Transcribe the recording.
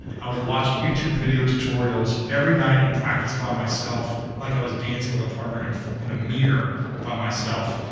i would watch youtube video tutorials every night and practice by myself like i was dancing with a partner, and in a mirror by myself.